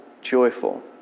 joyful